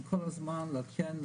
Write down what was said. כל הזמן לאכן,